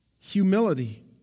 humility